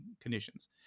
conditions